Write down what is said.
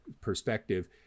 perspective